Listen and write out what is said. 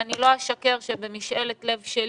אני לא אשקר שזו משאלת לב שלי.